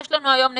היום נתונים,